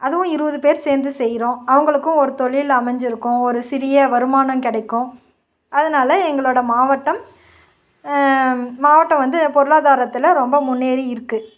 அதுவும் இருபது பேர் சேர்ந்து செய்கிறோம் அவங்களுக்கும் ஒரு தொழில் அமைஞ்சிருக்கும் ஒரு சிறிய வருமானம் கிடைக்கும் அதனால் எங்களோட மாவட்டம் மாவட்டம் வந்து பொருளாதாரத்தில் ரொம்ப முன்னேறி இருக்குது